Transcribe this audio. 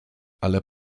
ale